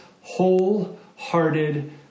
wholehearted